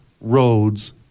roads